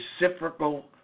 reciprocal